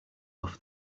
off